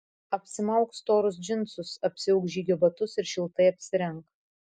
apsimauk storus džinsus apsiauk žygio batus ir šiltai apsirenk